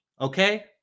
okay